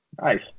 nice